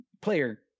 player